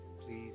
please